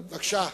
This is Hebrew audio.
בבקשה,